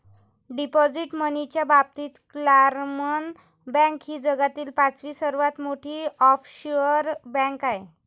deposit मनीच्या बाबतीत क्लामन बँक ही जगातील पाचवी सर्वात मोठी ऑफशोअर बँक आहे